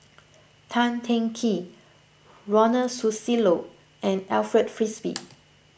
Tan Teng Kee Ronald Susilo and Alfred Frisby